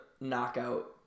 knockout